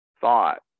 thought